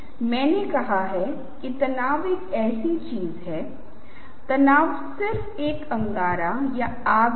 या यह एक जो फिर से एक प्रतीकात्मक कार्य करने वाली छवि है जहां डिजाइन घटक हैं चीजों पर विस्तार से काम किया जाता है